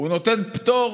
הוא נותן פטור